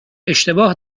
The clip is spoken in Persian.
اشتباه